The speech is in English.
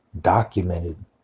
documented